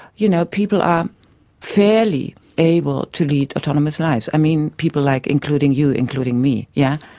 you know people are fairly able to lead autonomous lives. i mean people like including you, including me. yeah